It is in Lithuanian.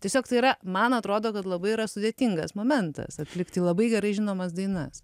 tiesiog tai yra man atrodo kad labai yra sudėtingas momentas atlikti labai gerai žinomas dainas